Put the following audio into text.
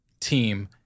team